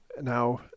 now